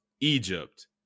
Egypt